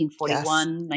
1941